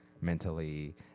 mentally